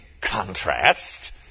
contrast